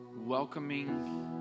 welcoming